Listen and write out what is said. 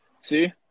See